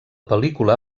pel·lícula